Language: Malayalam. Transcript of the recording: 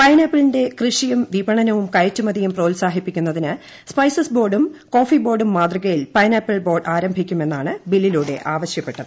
പൈനാപ്പിളിന്റെ കൃഷിയും വിപണനവും കയറ്റുമതിയും പ്രോത്സാഹിപ്പിക്കുന്നതിന് സ്പൈസസ് ബോർഡും കോഫിബോർഡൂർ പ്പിൾബോർഡ് ആരംഭിക്കണ്മെന്നാണ് ബില്ലിലൂടെആവശ്യ പ്പെട്ടത്